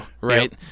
right